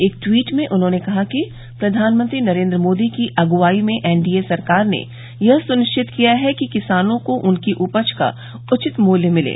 एक ट्वीट में उन्होंने कहा कि प्रधानमंत्री नरेन्द्र मोदी की अग्वाई में एनडीए सरकार ने यह सुनिश्चित किया है कि किसानों को उनकी उपज का उचित मूल्य मिले